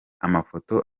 amafoto